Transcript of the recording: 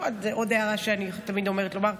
עוד הערה שאני תמיד אוהבת לומר.